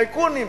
טייקונים,